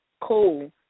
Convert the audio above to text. cool